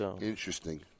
Interesting